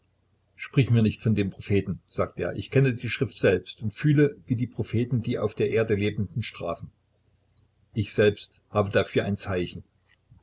sprich mir nicht von den propheten sagte er ich kenne die schrift selbst und fühle wie die propheten die auf der erde lebenden strafen ich selbst habe dafür ein zeichen